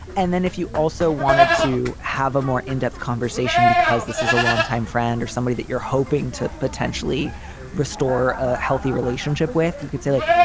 and then if you also wanted to have a more in-depth conversation, because this is a longtime friend or somebody that you're hoping to potentially restore a healthy relationship with. you could say, like,